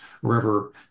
wherever